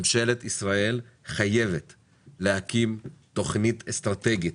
ממשלת ישראל חייבת להקים תוכנית אסטרטגית